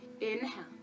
inhale